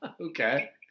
okay